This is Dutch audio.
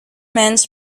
mens